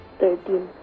Thirteen